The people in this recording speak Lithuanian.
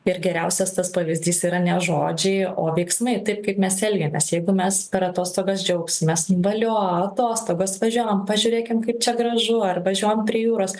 ir geriausias tas pavyzdys yra ne žodžiai o veiksmai taip kaip mes elgiamės jeigu mes per atostogas džiaugsimės valio atostogos važiuojam pažiūrėkim kaip čia gražu ar važiuojam prie jūros